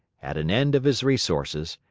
at an end of his resources,